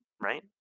right